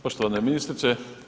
Poštovana ministrice.